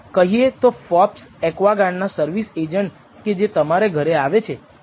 કહીએ તો તે ફોર્બસ એક્વાગાર્ડના સર્વિસ એજન્ટ કે જે તમારા ઘરે આવે છે